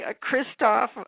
Christoph